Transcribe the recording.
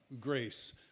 grace